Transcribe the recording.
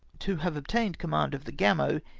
to have obtained command of the gamo,